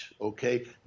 Okay